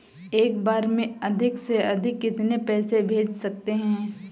एक बार में अधिक से अधिक कितने पैसे भेज सकते हैं?